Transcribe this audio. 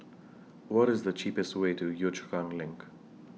What IS The cheapest Way to Yio Chu Kang LINK